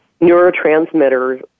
neurotransmitters